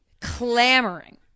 Clamoring